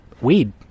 weed